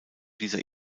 dieser